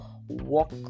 walk